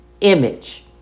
image